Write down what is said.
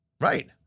Right